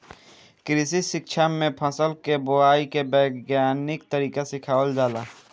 कृषि शिक्षा में फसल के बोआई के वैज्ञानिक तरीका सिखावल जाला